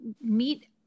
meet